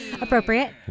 appropriate